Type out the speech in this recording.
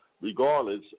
regardless